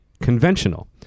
conventional